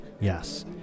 Yes